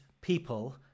people